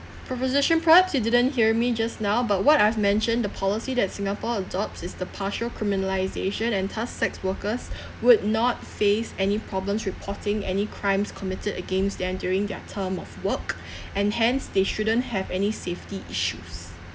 proposition perhaps you didn't hear me just now but what I have mentioned the policy that singapore adopts is the partial criminalisation and thus sex workers would not face any problems reporting any crimes committed against them during their term of work and hence they shouldn't have any safety issues